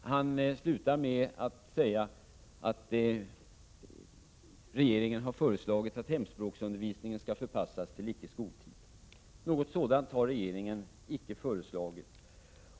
Han avslutar med att säga att regeringen har föreslagit att hemspråksundervisningen skall förpassas till icke skoltid. Något sådant har regeringen icke föreslagit.